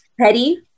petty